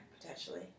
Potentially